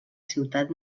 ciutat